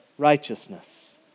Righteousness